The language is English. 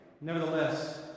nevertheless